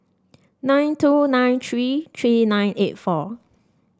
nine two nine three three nine eight four